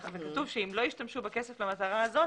כתוב שאם לא ישתמשו בכסף למטרה הזאת,